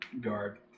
guard